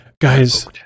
Guys